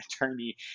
attorney